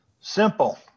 simple